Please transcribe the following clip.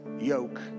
yoke